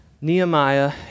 Nehemiah